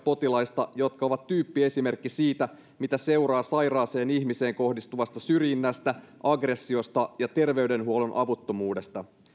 potilaista jotka ovat tyyppiesimerkki siitä mitä seuraa sairaaseen ihmiseen kohdistuvasta syrjinnästä aggressiosta ja terveydenhuollon avuttomuudesta